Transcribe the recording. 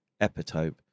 epitope